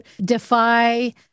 Defy